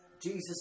Jesus